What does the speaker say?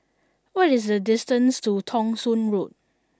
what is the distance to Thong Soon Road